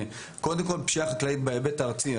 מבחינת פשיעה חקלאית בהיבט הארצי,